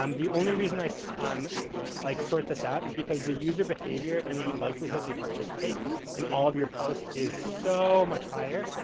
um the only reason i so um like sort this out is because the user behavior and the likelihood they participate and all of your posts is so much higher.